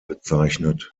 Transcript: bezeichnet